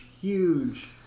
huge